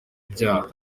ibyaha